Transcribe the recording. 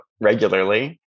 regularly